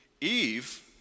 Eve